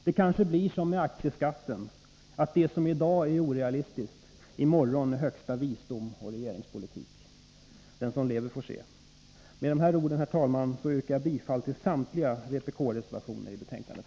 Det kanske blir som med aktieskatten att det som i dag är orealistiskt är i morgon högsta visdom och regeringspolitik. Den som lever får se. Med dessa ord, herr talman, yrkar jag bifall till samtliga vpk-reservationer i betänkandet.